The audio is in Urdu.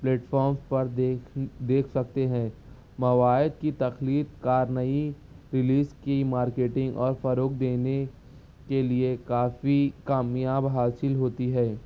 پلیٹفارمز پر دیکھ دیکھ سکتے ہیں مواید کی تخلیق کارنئی ریلیز کی مارکیٹنگ اور فروغ دینے کے لیے کافی کامیاب حاصل ہوتی ہے